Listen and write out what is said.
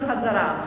בחזרה.